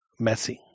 Messi